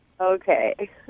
Okay